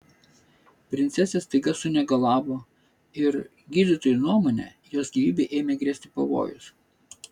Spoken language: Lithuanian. princesė staiga sunegalavo ir gydytojų nuomone jos gyvybei ėmė grėsti pavojus